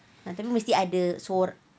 tapi mesti ada sorang